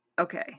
Okay